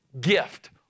gift